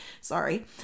Sorry